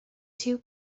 two